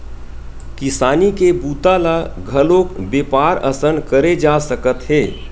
किसानी के बूता ल घलोक बेपार असन करे जा सकत हे